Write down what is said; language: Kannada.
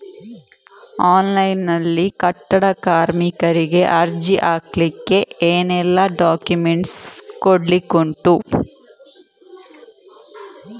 ಆನ್ಲೈನ್ ನಲ್ಲಿ ಕಟ್ಟಡ ಕಾರ್ಮಿಕರಿಗೆ ಅರ್ಜಿ ಹಾಕ್ಲಿಕ್ಕೆ ಏನೆಲ್ಲಾ ಡಾಕ್ಯುಮೆಂಟ್ಸ್ ಕೊಡ್ಲಿಕುಂಟು?